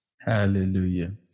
Hallelujah